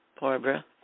Barbara